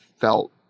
felt